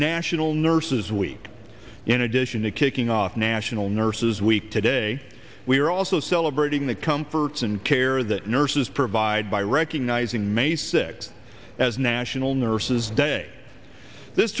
national nurses week in addition to kicking off national nurses week today we are also celebrating the comforts and care that nurses provide by recognizing maybe six as national nurses day this